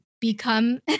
become